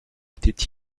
étaient